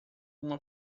uma